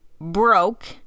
broke